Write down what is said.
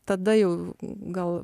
tada jau gal